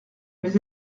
mais